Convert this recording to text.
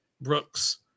Brooks